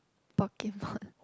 Pokemon